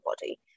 body